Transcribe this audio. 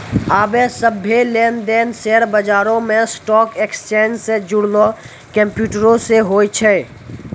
आबे सभ्भे लेन देन शेयर बजारो मे स्टॉक एक्सचेंज से जुड़लो कंप्यूटरो से होय छै